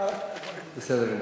בסדר גמור.